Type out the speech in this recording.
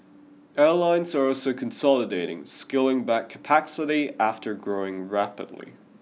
airlines are also consolidating scaling back capacity after growing rapidly